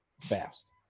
fast